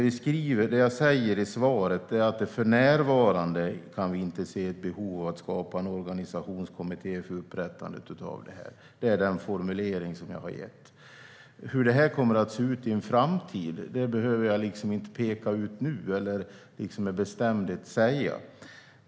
I svaret säger jag att vi för närvarande inte kan se något behov av att skapa en organisationskommitté för upprättandet av detta. Det är den formulering som jag har gett. Hur det hela kommer att se ut i en framtid behöver jag inte peka ut nu eller säga med bestämdhet.